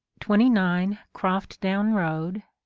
twenty nine croftdown road,